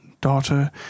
daughter